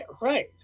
right